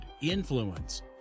influence